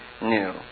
new